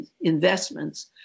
investments